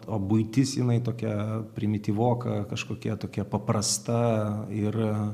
o buitis jinai tokia primityvoka kažkokia tokia paprasta ir